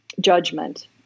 judgment